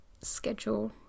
schedule